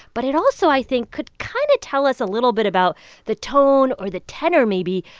but it also, i think, could kind of tell us a little bit about the tone, or the tenor maybe,